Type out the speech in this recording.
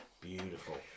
Beautiful